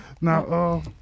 Now